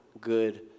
good